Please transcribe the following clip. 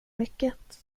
mycket